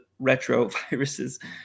retroviruses